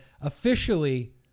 officially